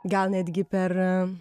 gal netgi per